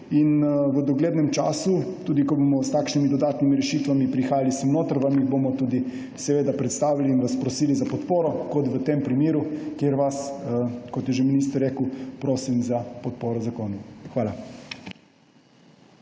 V doglednem času, ko bomo s takšnimi dodatnimi rešitvami prihajali sem notri, vam jih bomo tudi predstavili in vas prosili za podporo. Kot v tem primeru, kjer vas, kot je že minister rekel, prosim za podporo k zakonu. Hvala.